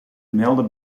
melden